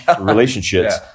Relationships